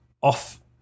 off